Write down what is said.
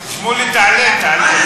שמולי, תעלה, תעלה.